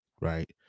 right